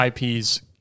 IPs